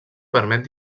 permet